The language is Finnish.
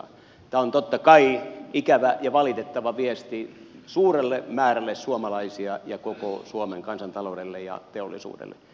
tämä on totta kai ikävä ja valitettava viesti suurelle määrälle suomalaisia ja koko suomen kansantaloudelle ja teollisuudelle